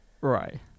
Right